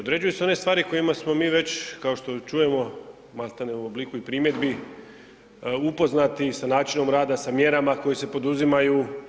Određuju se one stvari o kojima smo mi već kao što i čujemo, maltene i u obliku primjedbi upoznati sa načinom rada, sa mjerama koje se poduzimaju.